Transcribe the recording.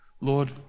Lord